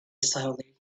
slowly